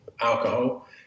alcohol